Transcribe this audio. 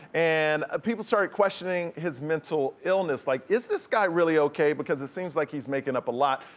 and people started questioning his mental illness. like, is this guy really okay? because it seems like he's making up a lot.